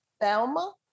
Thelma